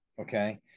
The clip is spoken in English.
Okay